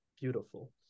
beautiful